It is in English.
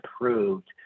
approved